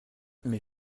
mes